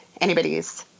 anybody's